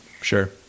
Sure